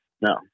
No